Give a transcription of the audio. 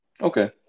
Okay